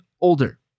older